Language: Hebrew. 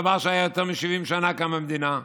דבר שהיה יותר מ-70 שנה כאן במדינה,